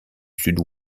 sud